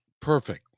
Perfect